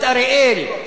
את אריאל,